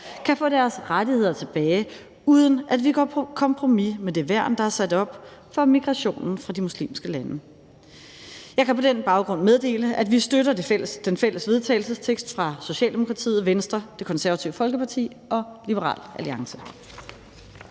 kan få deres rettigheder tilbage, uden at vi går på kompromis med det værn, der er sat op mod migrationen fra de muslimske lande. Jeg kan på den baggrund meddele, at vi støtter den fælles vedtagelsestekst fra Socialdemokratiet, Venstre, Det Konservative Folkeparti og Liberal Alliance.